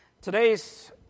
Today's